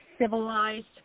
civilized